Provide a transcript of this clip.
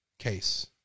case